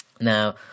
Now